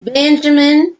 benjamin